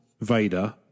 Vader